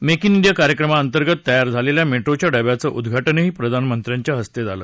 make in India कार्यक्रमा अंतर्गत तयार झालेल्या मेट्रोच्या डब्याचं उद्घाटनही प्रधानमंत्र्यांच्या हस्ते झालं